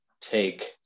take